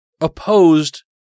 opposed